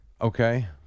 Okay